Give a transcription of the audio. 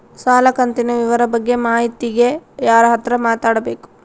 ಸಾಲ ಕಂತಿನ ವಿವರ ಬಗ್ಗೆ ಮಾಹಿತಿಗೆ ಯಾರ ಹತ್ರ ಮಾತಾಡಬೇಕು?